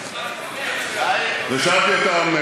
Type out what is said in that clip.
ושאלתי אותם,